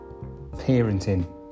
parenting